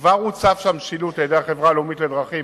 כבר הוצב שם שילוט על-ידי החברה הלאומית לדרכים,